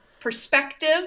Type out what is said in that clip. perspective